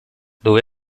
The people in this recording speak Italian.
dove